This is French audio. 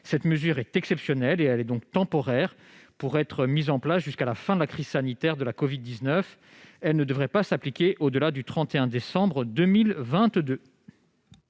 Cette mesure exceptionnelle et temporaire devrait perdurer jusqu'à la fin de la crise sanitaire de la covid-19. Elle ne devrait pas s'appliquer au-delà du 31 décembre 2022.